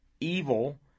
evil